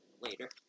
later